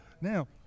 now